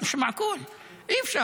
(אומר בערבית: לא הגיוני,) אי-אפשר.